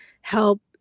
help